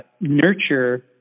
nurture